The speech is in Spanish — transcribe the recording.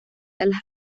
las